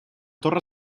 torre